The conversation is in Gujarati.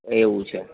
એવું છે